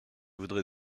voudrais